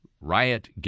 Riot